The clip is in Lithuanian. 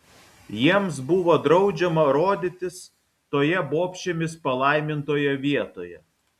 jiems buvo draudžiama rodytis toje bobšėmis palaimintoje vietoje